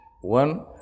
One